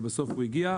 ובסוף הוא הגיע.